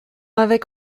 avec